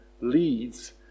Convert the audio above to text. leads